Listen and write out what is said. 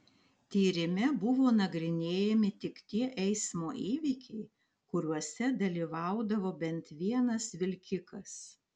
tyrime buvo nagrinėjami tik tie eismo įvykiai kuriuose dalyvaudavo bent vienas vilkikas